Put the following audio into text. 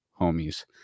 homies